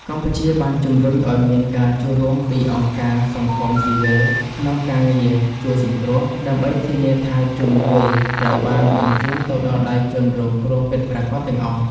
កម្ពុជាបានជំរុញឱ្យមានការចូលរួមពីអង្គការសង្គមស៊ីវិលក្នុងការងារជួយសង្គ្រោះ ដើម្បីធានាថាជំនួយត្រូវបានបញ្ជូនទៅដល់ដៃជនរងគ្រោះពិតប្រាកដទាំងអស់។